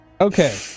Okay